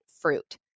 fruit